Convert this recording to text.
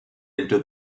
into